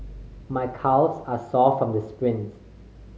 my calves are sore from the sprints